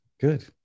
Good